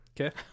Okay